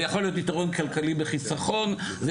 זה יכול להיות יתרון כלכלי בחיסכון; זה